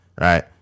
right